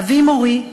אבי מורי,